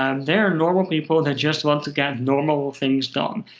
um they're normal people that just want to get normal things done.